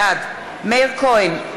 בעד מאיר כהן,